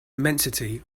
immensity